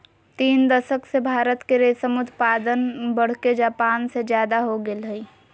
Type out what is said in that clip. तीन दशक से भारत के रेशम उत्पादन बढ़के जापान से ज्यादा हो गेल हई